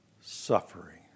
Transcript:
suffering